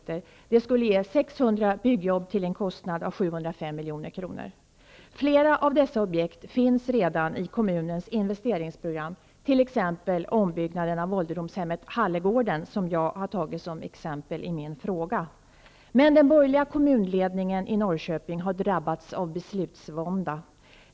Dessa reparationsarbeten skulle ge 600 byggjobb till en kostnad av 705 milj.kr. Flera av dessa objekt finns redan i kommunens investeringsprogram, t.ex. ombyggnaden av ålderdomshemmet Hallegården, som jag tagit som exempel i min fråga. Norrköping har drabbats av beslutsvånda.